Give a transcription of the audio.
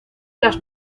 las